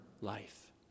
life